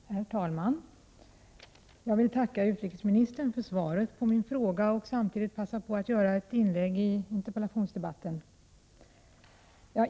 Herr talman! Jag vill tacka utrikesministern för svaret på min fråga och samtidigt passa på att göra ett inlägg i interpellationsdebatten.